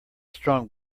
strong